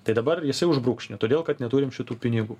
tai dabar jisai už brūkšnio todėl kad neturime šitų pinigų